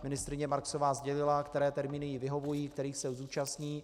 Ministryně Marksová sdělila, které termíny jí vyhovují, kterých se zúčastní.